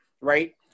right